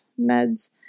meds